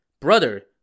Brother